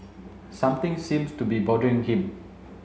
something seems to be bothering him